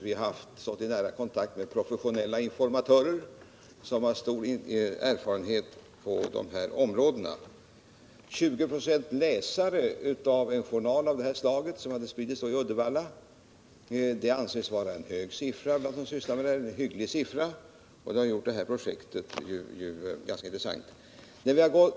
Vi har stått i nära kontakt med professionella informatörer med stor erfarenhet på just dessa områden. 20 96 läsare av en journal av detta slag som spridits i Uddevalla ansågs vara en hög siffra bland dem som sysslar med dessa saker, vilket har gjort det föreliggande projektet ganska intressant.